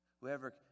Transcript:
whoever